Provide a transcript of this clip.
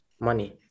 money